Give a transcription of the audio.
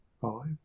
five